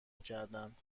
میکردند